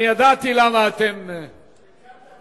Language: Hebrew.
אני ידעתי למה אתם, קלקלת לנו.